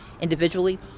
individually